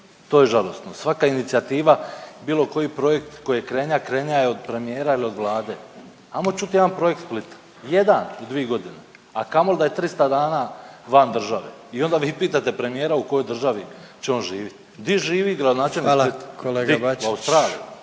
To je žalosno. Svaka inicijativa, bilo koji projekt koji je krenija, krenija je od premijera ili od Vlade. Ajmo čuti jedan projekt Splita, jedan u dvi godine, a kamoli da je 300 dana van države i onda vi pitate premijera u kojoj državi će on živjeti. Di živi gradonačelnik … .../Upadica: